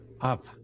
Up